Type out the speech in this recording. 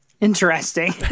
Interesting